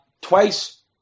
twice